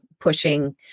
pushing